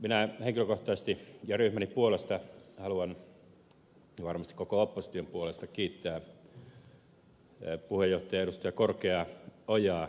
minä henkilökohtaisesti ja ryhmäni puolesta ja varmasti koko opposition puolesta haluan kiittää puheenjohtaja ed